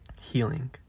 healing